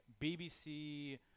BBC